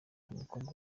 umukobwa